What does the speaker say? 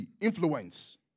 influence